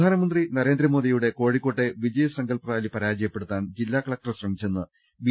പ്രധാനമന്ത്രി നരേന്ദ്രമോദിയുടെ കോഴിക്കോട്ടെ വിജയ് സങ്കല്പ് റാലി പരാജയപ്പെടുത്താൻ ജില്ലാ കലക്ടർ ശ്രമി ച്ചെന്ന് ബി